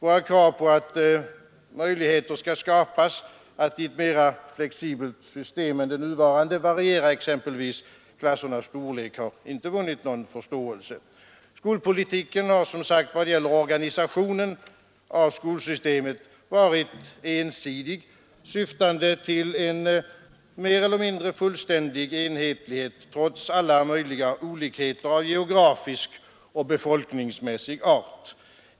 Våra krav att möjligheter skall skapas att i ett mera flexibelt system än det nuvarande variera exempelvis klassernas storlek har inte vunnit någon förståelse. Skolpolitiken har, som sagt, vad gäller organisationen av skolsystemet varit ensidig, syftande till en mer eller mindre fullständig enhetlighet trots alla möjliga olikheter av geografisk och befolkningsmässig art.